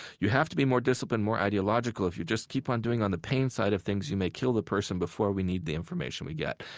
you have to be more disciplined, more ideological. if you just keep on doing on the pain side of things you may kill the person before we need the information we get.